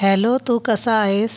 hello तू कसा आहेस